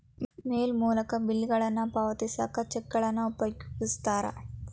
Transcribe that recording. ಮೇಲ್ ಮೂಲಕ ಬಿಲ್ಗಳನ್ನ ಪಾವತಿಸೋಕ ಚೆಕ್ಗಳನ್ನ ಉಪಯೋಗಿಸ್ತಾರ